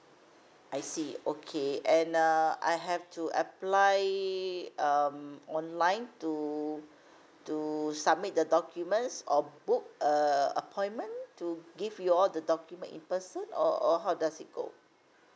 I see okay and uh I have to apply um online to to submit the documents or book a appointment to give you all the document in person or or how does it go